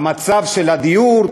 במצב הדיור.